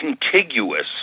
contiguous